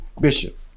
Bishop